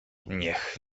niech